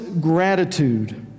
gratitude